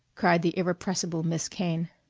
cried the irrepressible miss kane.